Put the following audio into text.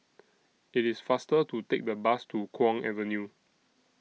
IT IS faster to Take The Bus to Kwong Avenue